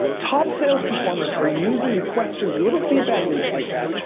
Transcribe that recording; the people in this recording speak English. top sales performers are using questions, little feedback loops like that,